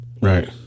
Right